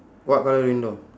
what colour window